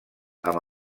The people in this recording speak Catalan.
amb